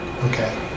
Okay